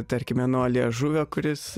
tarkime nuo liežuvio kuris